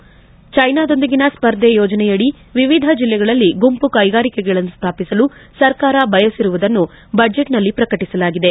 ಚ್ಛೆನಾದೊಂದಿಗಿನ ಸ್ಪರ್ಧೆ ಯೋಜನೆಯಡಿ ವಿವಿಧ ಜಿಲ್ಲೆಗಳಲ್ಲಿ ಗುಂಪು ಕೈಗಾರಿಕೆಗಳನ್ನು ಸ್ವಾಪಿಸಲು ಸರ್ಕಾರ ಬಯಸಿರುವುದನ್ನು ಬಜೆಟ್ನಲ್ಲಿ ಪ್ರಕಟಸಲಾಗಿದೆ